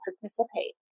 participate